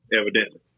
evidently